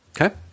Okay